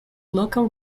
local